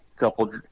Couple